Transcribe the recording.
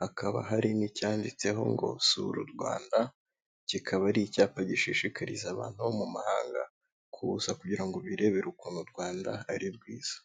hakaba harimo icyanditseho ngo sura u Rwanda, kikaba ari icyapa gishishikariza abantu bo mu mahanga, kuza kugira ngo birebere uko u Rwanda ari rwiza.